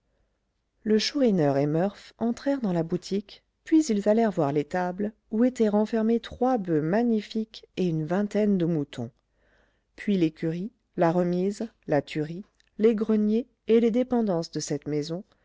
le chourineur et murph entrèrent dans la boutique puis ils allèrent voir l'étable où étaient renfermés trois boeufs magnifiques et une vingtaine de moutons puis l'écurie la remise la tuerie les greniers et les dépendances de cette maison